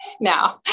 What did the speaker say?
now